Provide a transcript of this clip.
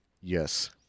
yes